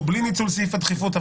או בלי ניצול סעיף הדחיפות,